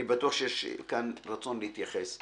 אני בטוח שיש כאן רצון להתייחס.